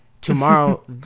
Tomorrow